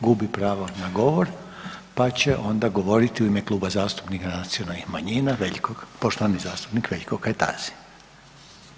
Gubi pravo na govor pa će onda govoriti u ime Kluba zastupnika nacionalnih manjina, poštovani zastupnik Veljko Kajtazi.